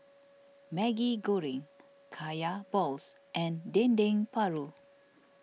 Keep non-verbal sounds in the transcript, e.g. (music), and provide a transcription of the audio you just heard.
(noise) Maggi Goreng Kaya Balls and Dendeng Paru